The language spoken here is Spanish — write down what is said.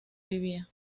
vivía